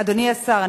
אדוני השר,